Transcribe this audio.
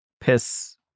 piss